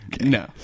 no